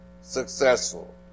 successful